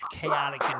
chaotic